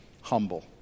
humble